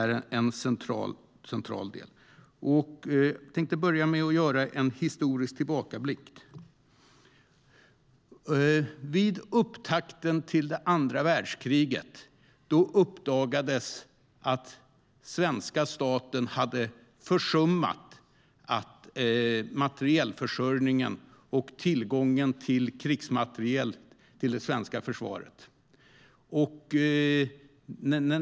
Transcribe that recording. Jag tänkte börja med att göra en historisk tillbakablick. Vid upptakten till andra världskriget uppdagades att svenska staten hade försummat materielförsörjningen och tillgången till krigsmateriel för det svenska försvaret.